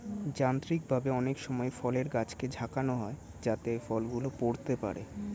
যান্ত্রিকভাবে অনেক সময় ফলের গাছকে ঝাঁকানো হয় যাতে ফল গুলো পড়তে পারে